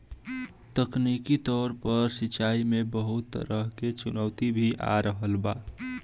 तकनीकी तौर पर सिंचाई में बहुत तरह के चुनौती भी आ रहल बा